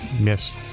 Yes